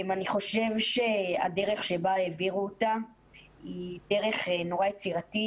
אני חושב שהדרך שבה העבירו אותו היא דרך נורא יצירתית,